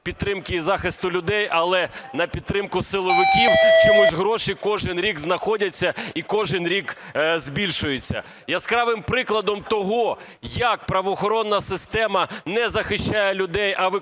підтримки і захисту людей, але на підтримку силовиків чомусь гроші кожен рік знаходяться і кожен рік збільшуються. Яскравим прикладом того, як правоохоронна система не захищає людей, а